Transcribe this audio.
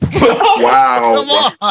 Wow